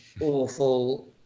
awful